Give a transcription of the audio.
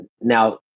Now